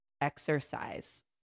exercise